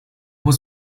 was